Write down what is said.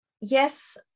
Yes